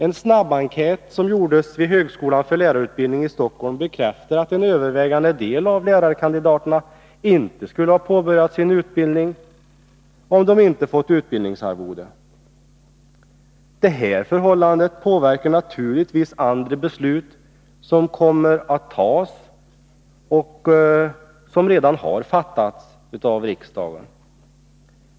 En snabbenkät som gjorts vid högskolan för lärarutbildning i Stockholm bekräftar att en övervägande del av lärarkandidaterna inte skulle ha påbörjat sin utbildning om de inte fått utbildningsarvode. Detta förhållande påverkar naturligtvis andra beslut som kommer att fattas och som redan har fattats av riksdagen.